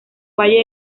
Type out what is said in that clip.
valle